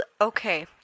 Okay